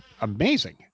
amazing